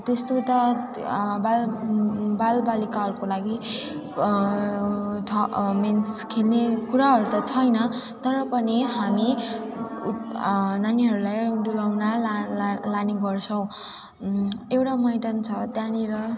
त्यस्तो त बाल बालबालिकाहरूको लागि मिन्स खेल्ने कुराहरू त छैन तर पनि हामी उप नानीहरूलाई डुलाउन ला ला लाने गर्छौँ एउटा मैदान छ त्यहाँनिर